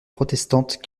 protestante